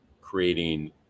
creating